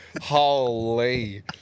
Holy